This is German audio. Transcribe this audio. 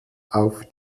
auf